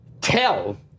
tell